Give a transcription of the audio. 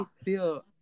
feel